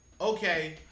okay